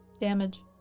damage